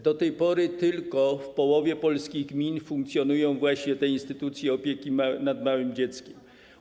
Do tej pory tylko w połowie polskich gmin funkcjonują właśnie te instytucje opieki nad małym dzieckiem.